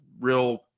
real